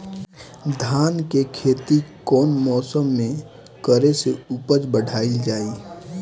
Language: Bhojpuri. धान के खेती कौन मौसम में करे से उपज बढ़ाईल जाई?